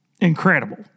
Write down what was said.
incredible